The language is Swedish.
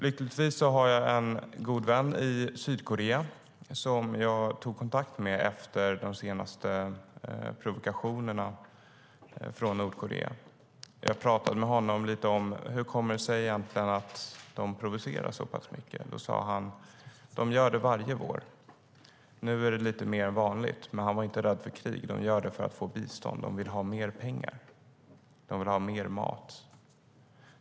Jag har en god vän i Sydkorea som jag tog kontakt med efter de senaste provokationerna från Nordkorea. Jag pratade med honom om hur det kommer sig att de provocerar så mycket, och då sade han att de gör det varje år. I år har det varit lite mer än vanligt, men min vän är inte rädd för krig, då han vet att de gör så här för att få bistånd. De vill ha mer pengar. De vill ha mer mat.